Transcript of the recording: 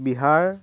Bihar